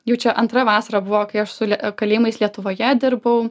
jau čia antra vasara buvo kai aš su kalėjimais lietuvoje dirbau